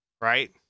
right